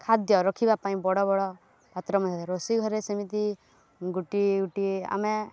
ଖାଦ୍ୟ ରଖିବା ପାଇଁ ବଡ଼ ବଡ଼ ପାତ୍ର ମଧ୍ୟ ରୋଷେଇ ଘରେ ସେମିତି ଗୁଟିଏ ଗୁଟିଏ ଆମେ